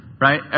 right